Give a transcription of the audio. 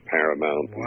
Paramount